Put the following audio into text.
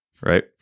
right